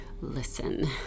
listen